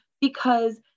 because-